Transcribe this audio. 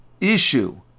issue